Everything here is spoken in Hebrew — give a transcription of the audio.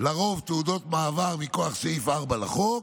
לרוב תעודות מעבר מכוח סעיף 4 לחוק,